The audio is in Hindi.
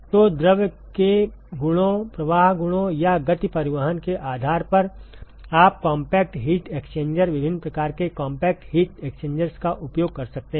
तो द्रव के गुणों प्रवाह गुणों या गति परिवहन के आधार पर आप कॉम्पैक्ट हीट एक्सचेंजर विभिन्न प्रकार के कॉम्पैक्ट हीट एक्सचेंजर्स का उपयोग कर सकते हैं